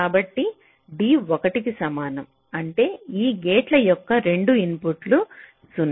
కాబట్టి d 1 కి సమానం అంటే ఈ గేట్ల యొక్క రెండు ఇన్పుట్లు 0